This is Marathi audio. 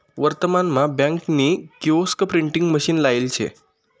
वर्तमान मा बँक नी किओस्क प्रिंटिंग मशीन लायेल शे